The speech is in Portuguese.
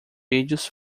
vídeos